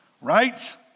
right